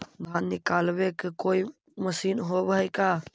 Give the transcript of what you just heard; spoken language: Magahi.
धान निकालबे के कोई मशीन होब है का?